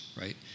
right